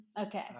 Okay